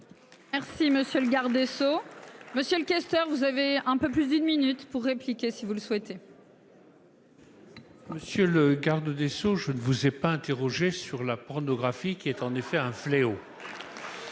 Merci monsieur le garde des Sceaux, monsieur le questeur, vous avez un peu plus d'une minute pour répliquer si vous le souhaitez.-- Monsieur le garde des Sceaux, je ne vous ai pas interrogé sur la pornographie qui est en effet un fléau.